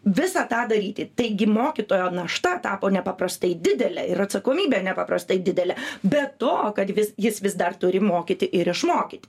visą tą daryti taigi mokytojo našta tapo nepaprastai didelė ir atsakomybė nepaprastai didelė be to kad vis jis vis dar turi mokyti ir išmokyti